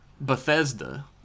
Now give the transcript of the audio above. Bethesda